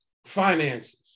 finances